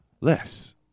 less